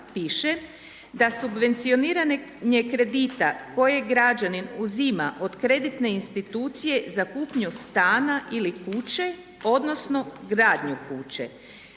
piše da subvencioniranje kredita koje građanin uzima od kreditne institucije za kupnju stana ili kuće, odnosno gradnju kuće